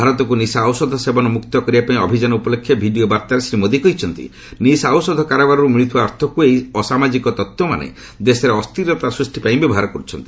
ଭାରତକୁ ନିଶା ଔଷଧ ସେବନ ମୁକ୍ତ କରିବା ପାଇଁ ଅଭିଯାନ ଉପଲକ୍ଷେ ଭିଡ଼ିଓ ବାର୍ତ୍ତାରେ ଶ୍ରୀ ମୋଦି କହିଛନ୍ତି ନିଶା ଔଷଧ କାରବାରରୁ ମିଳ୍ତ୍ରିବା ଅର୍ଥକୁ ଏହି ଅସାମାଜିକ ତତ୍ତ୍ୱମାନେ ଦେଶରେ ଅସ୍ଥିରତା ସୃଷ୍ଟି ପାଇଁ ବ୍ୟବହାର କରୁଛନ୍ତି